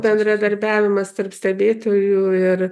bendradarbiavimas tarp stebėtojų ir